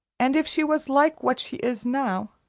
and if she was like what she is now,